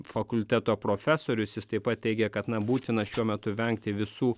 fakulteto profesorius jis taip pat teigė kad na būtina šiuo metu vengti visų